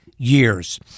years